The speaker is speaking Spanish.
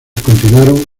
continuaron